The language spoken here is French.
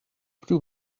plus